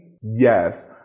Yes